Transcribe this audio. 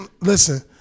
listen